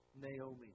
Naomi